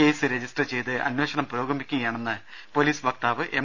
case register ചെയ്ത് അന്വേ ഷണം പുരോഗമിക്കുകയാണെന്ന് പൊലീസ് വക്താവ് എം